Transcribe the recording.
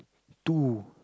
too